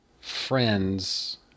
friends